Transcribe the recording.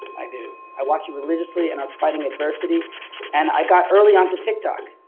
i did. i watched you religiously and i was fighting adversity and i got early onto tik tok,